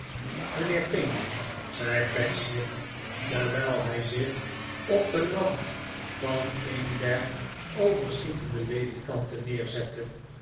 mijnheer pinch zei pecksniff terwijl hij zich op den rand van een der overschietende ledikanten neerzette